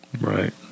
Right